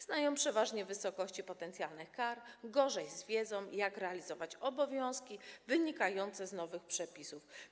Znają przeważnie wysokości potencjalnych kar, gorzej z wiedzą, jak realizować obowiązki wynikające z nowych przepisów.